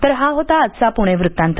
तर हा होता आजचा पुणे वृत्तांत